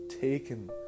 taken